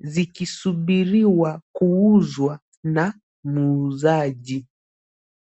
zikisubiriwa kuuzwa na muuzaji.